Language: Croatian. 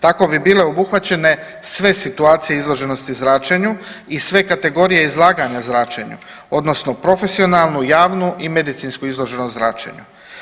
Tako bi bile obuhvaćene sve situacije izloženosti zračenju i sve kategorije izlaganja zračenju, odnosno profesionalnu, javnu i medicinsku izloženost zračenju.